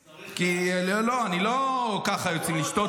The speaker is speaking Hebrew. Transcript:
לא, כי לא יוצאים ככה לשתות פה.